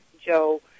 Joe